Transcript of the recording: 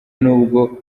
nubwo